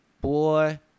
Boy